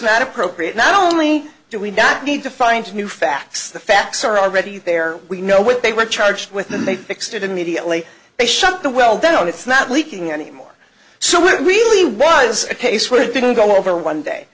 not appropriate not only do we not need to find new facts the facts are already there we know what they were charged with and they fixed it immediately they shut the well down it's not leaking anymore so it really was a case where it didn't go over one day